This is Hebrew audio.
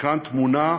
וכאן טמונה,